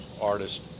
artist